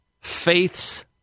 faiths